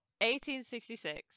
1866